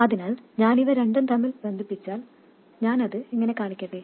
അതിനാൽ ഞാൻ ഇവ രണ്ടും തമ്മിൽ ബന്ധിപ്പിച്ചാൽ ഞാൻ അത് ഇങ്ങനെ കാണിക്കട്ടെ